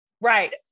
Right